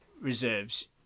reserves